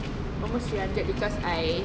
almost three hundred because I